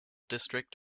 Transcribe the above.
district